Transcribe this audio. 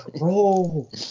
Roll